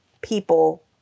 people